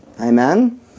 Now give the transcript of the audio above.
Amen